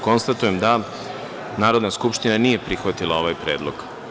Konstatujem da Narodna skupština nije prihvatila ovaj predlog.